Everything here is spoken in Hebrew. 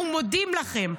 אנחנו מודים לכם.